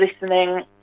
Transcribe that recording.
listening